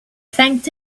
thanked